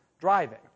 Driving